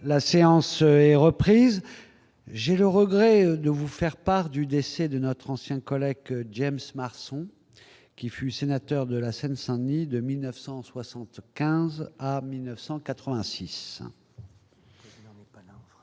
La séance est reprise, j'ai le regret de vous faire part du décès de notre ancien collègue que James Marson, qui fut sénateur de la Seine-Saint-Denis de 1975 à 1986. Lors du jour